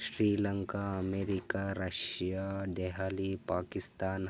Sri Lanka America Russia Delhi Pakistan